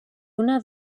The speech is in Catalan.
una